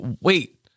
wait